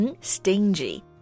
Stingy